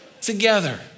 together